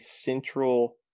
central